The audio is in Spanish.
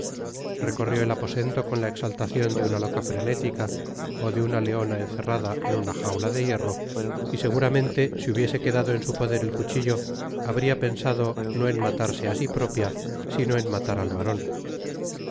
recorrió el aposento con la exaltacion de una loca frenética ó de una leona encerrada en una jauta de hierro y seguramente si hubiese quedado en su poder el cuchillo habria pensado no en matarse á si propia sino en matar al baron